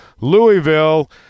Louisville